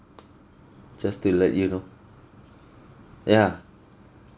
just to let you know ya